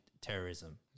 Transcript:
terrorism